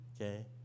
Okay